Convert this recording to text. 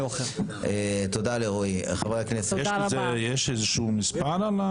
יש איזה שהוא מספר?